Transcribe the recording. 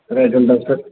rate ఉంటుంది sir